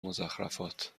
مضخرفات